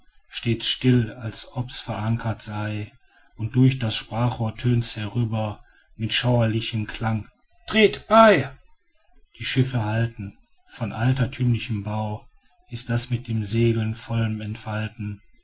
steht's still als ob's verankert sei und durch das sprachrohr tönt's herüber mit schauerlichem klang dreht bei die schiffe halten von altertümlichem bau ist das mit der segel vollem entfalten